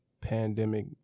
pandemic